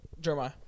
Jeremiah